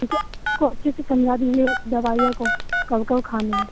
अच्छा कोस्टी से पंद्रह दिन में दवाई और कब कब खानी है